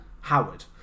Howard